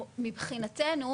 מבחינתנו,